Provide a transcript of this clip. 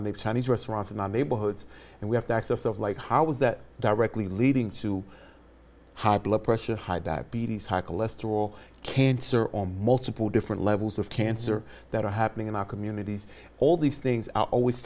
i make chinese restaurants in the neighborhoods and we have the access of like how was that directly leading to high blood pressure high diabetes high cholesterol cancer or multiple different levels of cancer that are happening in our communities all these things are always